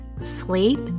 sleep